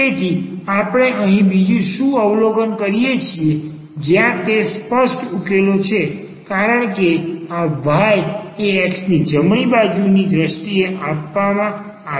તેથી આપણે અહીં બીજું શું અવલોકન કરીએ છીએ જ્યાં તે સ્પષ્ટ ઉકેલો છે કારણ કે આ y એ x ની જમણી બાજુની દ્રષ્ટિએ આપવામાં આવે છે